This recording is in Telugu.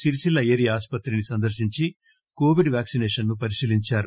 సిరిసిల్లా ఏరియా ఆస్పత్రిని సందర్పించి కోవిడ్ వ్యాక్సినేషన్ ను పరిశీలించారు